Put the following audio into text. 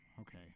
Okay